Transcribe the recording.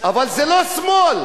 אבל זה לא שמאל.